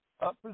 up